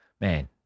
man